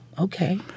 okay